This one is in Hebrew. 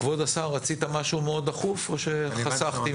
כבוד השר, רצית משהו מאוד דחוף או שחסכתי ממך?